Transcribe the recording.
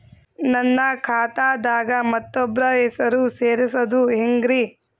ನನ್ನ ಖಾತಾ ದಾಗ ಮತ್ತೋಬ್ರ ಹೆಸರು ಸೆರಸದು ಹೆಂಗ್ರಿ?